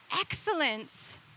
excellence